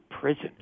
prison